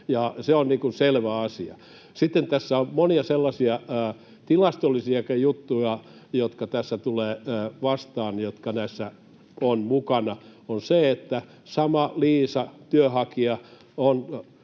se on selvä asia. Sitten tässä on monia sellaisia tilastollisiakin juttuja, jotka tässä tulevat vastaan ja jotka näissä ovat mukana: Sama Liisa, työnhakija, on